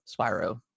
Spyro